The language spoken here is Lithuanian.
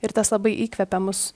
ir tas labai įkvepia mus